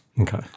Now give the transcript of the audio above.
Okay